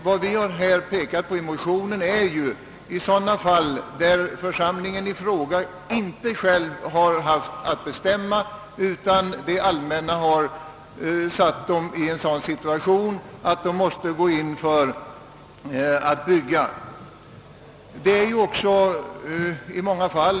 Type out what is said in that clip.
Vad vi i motionen har pekat på är sådana fall där församlingarna inte själva har haft att bestämma, utan där det allmänna har försatt dem i en sådan situation att de måste bygga.